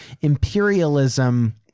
imperialism